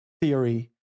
theory